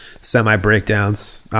semi-breakdowns